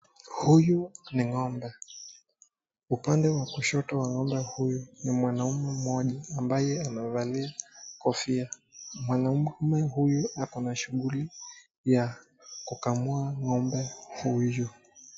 Huyu ni ng'ombe. Upande wa kushoto wa ng'ombe huyu, ni mwanaume mmoja ambaye amevalia kofia. Mwanaume huyu huyu, akona shughuli ya kukamua ng'ombe huyu.